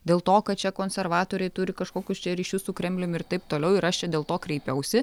dėl to kad čia konservatoriai turi kažkokius čia ryšius su kremliumi ir taip toliau ir aš dėl to kreipiausi